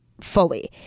fully